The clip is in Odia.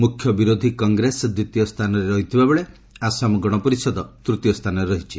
ମୁଖ୍ୟ ବିରୋଧୀ କଗ୍ରେସ ଦ୍ୱିତୀୟ ସ୍ଥାନରେ ରହିଥିବା ବେଳେ ଆସାମ ଗଣପରିଷଦ ତୃତୀୟ ସ୍ଥାନରେ ରହିଛି